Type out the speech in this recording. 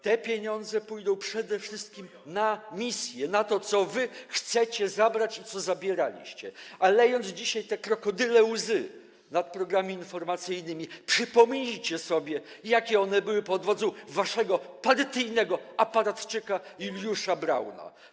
Te pieniądze pójdą przede wszystkim na misję, na to, co wy chcecie zabrać i co zabieraliście, a lejąc dzisiaj te krokodyle łzy nad programami informacyjnymi, przypomnijcie sobie, jakie one były pod wodzą waszego partyjnego aparatczyka Juliusza Brauna.